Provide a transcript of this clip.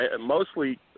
Mostly